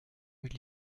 mille